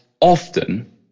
often